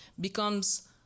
becomes